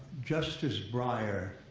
justice breyer